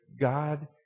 God